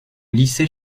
lycée